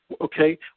okay